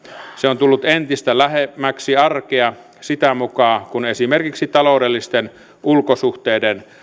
se on tullut entistä lähemmäksi arkea sitä mukaa kun esimerkiksi taloudellisten ulkosuhteiden